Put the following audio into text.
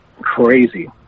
crazy